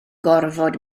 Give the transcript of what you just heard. gorfod